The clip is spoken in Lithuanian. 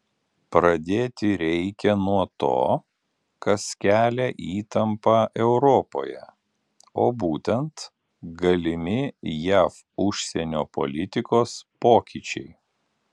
pradėti reikia nuo to kas kelia įtampą europoje o būtent galimi jav užsienio politikos pokyčiai